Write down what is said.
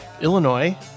Illinois